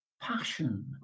passion